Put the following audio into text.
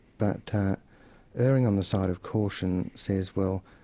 but erring on the side of caution says well,